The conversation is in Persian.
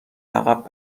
عقب